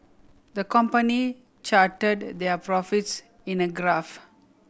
the company charted their profits in a graph